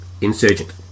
Insurgent